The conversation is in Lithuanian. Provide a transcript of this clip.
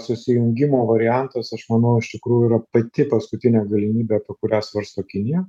susijungimo variantas aš manau iš tikrųjų yra pati paskutinė galimybė apie kurią svarsto kinija